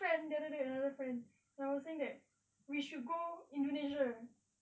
other friend the other day another friend I was saying that we should go indonesia